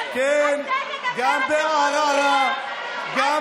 גם ברהט, גם